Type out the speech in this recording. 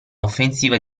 offensiva